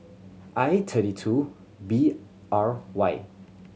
I thirty two B R Y